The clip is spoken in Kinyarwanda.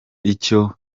icyo